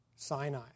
Sinai